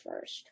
first